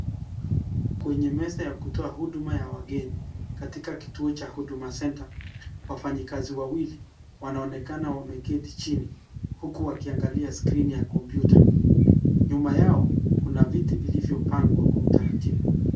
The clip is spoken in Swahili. Kwenye meza ya kutoa huduma ya wageni, katika kituo cha Huduma Center , wafanyikazi wawili wanaonekana wameketi chini, huku wakiangalia skrini ya kompyuta. Nyuma yao, kuna viti vilivyopangwa kwa utaratibu.